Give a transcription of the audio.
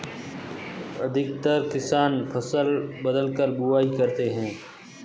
अधिकतर किसान फसल बदलकर बुवाई करते है